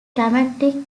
dramatic